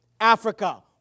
Africa